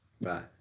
right